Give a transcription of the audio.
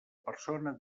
persona